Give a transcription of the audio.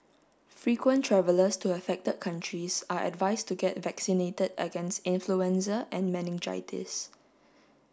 frequent travellers to affected countries are advised to get vaccinated against influenza and meningitis